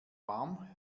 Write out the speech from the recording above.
warm